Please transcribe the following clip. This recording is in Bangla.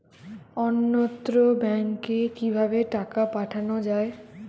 অন্যত্র ব্যংকে কিভাবে টাকা পাঠানো য়ায়?